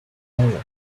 more